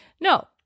No